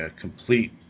complete